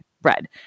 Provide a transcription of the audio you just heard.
bread